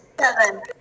Seven